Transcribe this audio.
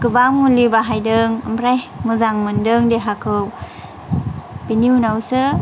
गोबां मुलि बाहायदों ओमफ्राय मोजां मोनदों देहाखौ बिनि उनावसो